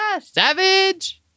savage